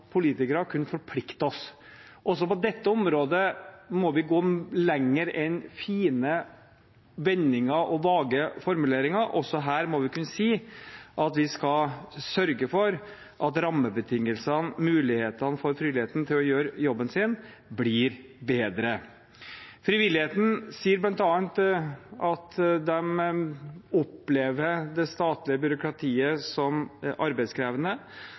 politikere kunne forplikte oss. Også på dette området må vi gå lenger enn fine vendinger og vage formuleringer. Også her må vi kunne si at vi skal sørge for at rammebetingelsene og mulighetene for frivilligheten til å gjøre jobben sin, blir bedre. Frivilligheten sier bl.a. at de opplever det statlige byråkratiet som arbeidskrevende,